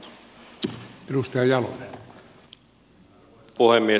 arvoisa puhemies